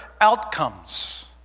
outcomes